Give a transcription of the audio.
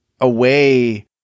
away